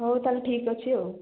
ହଉ ତାହେଲେ ଠିକ୍ ଅଛି ଆଉ